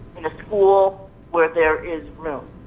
in a school where there is room.